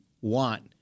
want